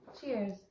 cheers